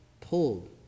pulled